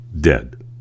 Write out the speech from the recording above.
dead